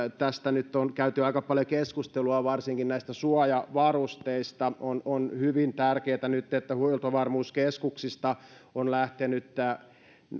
tästä nyt on käyty aika paljon keskustelua varsinkin näistä suojavarusteista on on hyvin tärkeää nyt että huoltovarmuuskeskuksesta on lähtenyt tätä